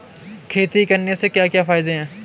खेती करने से क्या क्या फायदे हैं?